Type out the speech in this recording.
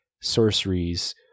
sorceries